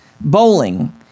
Bowling